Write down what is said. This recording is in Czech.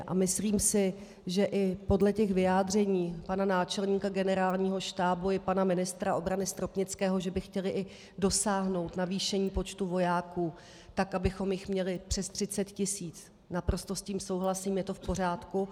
A myslím si, že i podle těch vyjádření pana náčelníka Generálního štábu i pana ministra obrany Stropnického, že by chtěli i dosáhnout navýšení počtu vojáků tak, abychom jich měli přes 30 tisíc, naprosto s tím souhlasím, je to v pořádku.